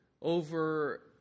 over